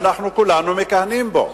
שאנחנו כולנו מכהנים בו,